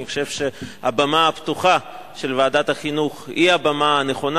אני חושב שהבמה הפתוחה של ועדת החינוך היא הבמה הנכונה.